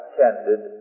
tended